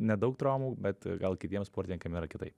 nedaug traumų bet gal kitiem sportininkam yra kitaip